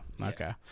okay